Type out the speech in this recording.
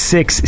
Six